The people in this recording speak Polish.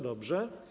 Dobrze.